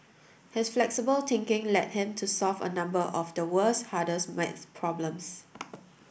his flexible thinking led him to solve a number of the world's hardest maths problems